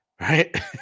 Right